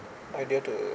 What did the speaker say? idea to